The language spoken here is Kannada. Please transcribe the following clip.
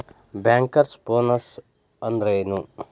ಬ್ಯಾಂಕರ್ಸ್ ಬೊನಸ್ ಅಂದ್ರೇನು?